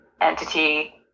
entity